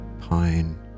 pine